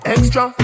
Extra